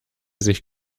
sich